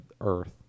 Earth